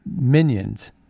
minions